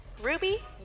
Ruby